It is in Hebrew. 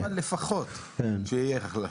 לפחות שתהיה החלטה.